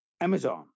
Amazon